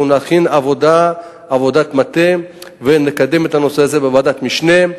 אנחנו נכין עבודת מטה ונקדם את הנושא הזה בוועדת המשנה,